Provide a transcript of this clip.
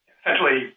essentially